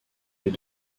les